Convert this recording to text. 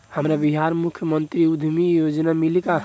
हमरा बिहार मुख्यमंत्री उद्यमी योजना मिली का?